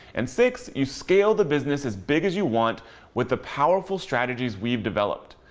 and sixth, you scale the business as big as you want with the powerful strategies we've developed.